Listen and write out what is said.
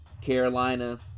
Carolina